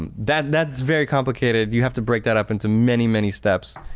um that that's very complicated, you have to break that up into many many steps,